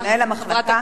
מנהל המחלקה,